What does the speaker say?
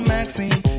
Maxine